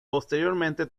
posteriormente